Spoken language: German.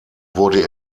wurde